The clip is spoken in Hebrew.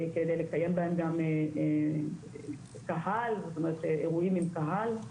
כדי לקיים בהם גם קהל, כלומר אימונים עם קהל.